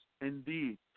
indeed